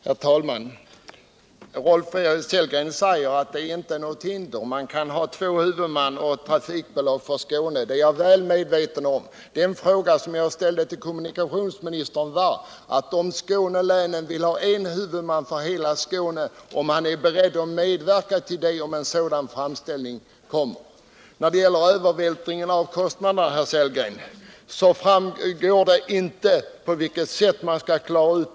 Herr talman! Rolf Sellgren säger att det inte finns något hinder för att ha två huvudmän och ett trafikbolag för Skåne. Jag är väl medveten om det. Den fråga som jag ställde till kommunikationsministern var om han är beredd att medverka till en sådan lösning om framställning görs om en huvudman. När det gäller övervältring av kostnaderna, herr Sellgren, framgår det inte på vilket sätt man skall undvika det.